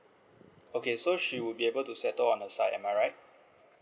okay so she would be able to settle on her side am I right